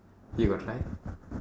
he got try